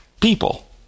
people